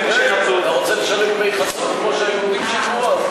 אתה רוצה לשלם דמי חסות כמו שהיהודים שילמו אז?